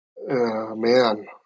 Man